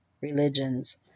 religions